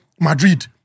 Madrid